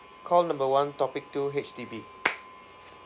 call number one topic two H_D_B